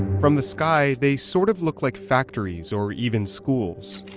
from the sky, they sort of look like factories or even schools.